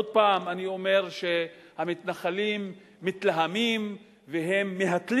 עוד פעם אני אומר שהמתנחלים מתלהמים והם מהתלים